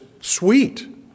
sweet